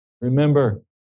Remember